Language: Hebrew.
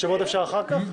שמות אפשר אחר כך?